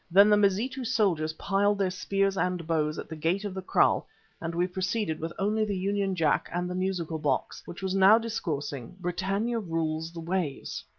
then the mazitu soldiers piled their spears and bows at the gate of the kraal and we proceeded with only the union jack and the musical box, which was now discoursing britannia rules the waves.